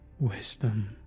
wisdom